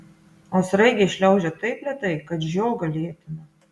o sraigė šliaužia taip lėtai kad žiogą lėtina